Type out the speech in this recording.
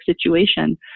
situation